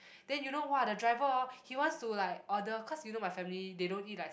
then you know !wah! the driver hor he wants to like order cause you know my family they don't eat like